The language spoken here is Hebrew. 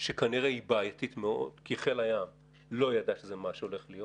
שכנראה היא בעייתית מאוד כי חיל הים לא ידע שזה מה שהולך להיות.